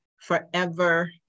forever